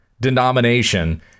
denomination